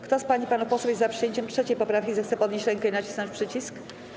Kto z pań i z panów posłów jest za przyjęciem 3. poprawki, zechce podnieść rękę i nacisnąć przycisk.